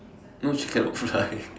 no she cannot fly